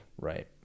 Right